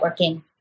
networking